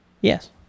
Yes